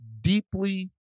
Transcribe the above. deeply